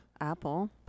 Apple